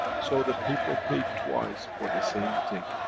so the people paid twice for the same thing.